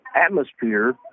atmosphere